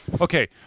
okay